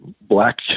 Black